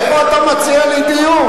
איפה אתה מציע לי דיון?